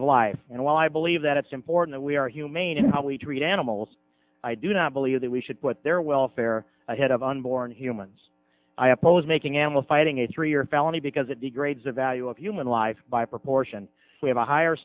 of life and while i believe that it's important we are humane in how we treat animals i do not believe that we should put their welfare ahead of unborn humans i oppose making animal fighting a three year felony because it degrades the value of human life by proportion we have a higher